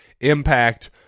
impact